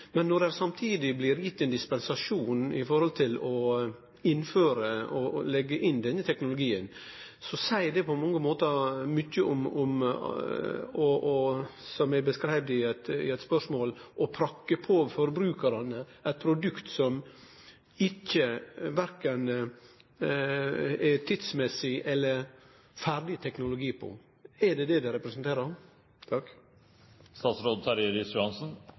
Men når det samtidig blir gitt ein dispensasjon i forhold til å innføre og leggje inn denne teknologien, handlar det på mange måtar mykje om, som eg beskreiv i eit spørsmål, at ein prakkar på forbrukarane eit produkt som ikkje er tidsmessig, og der teknologien ikkje er ferdig. Er det det dette representerer?